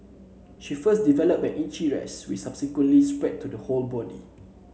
she first developed an itchy rash which subsequently spread to the whole body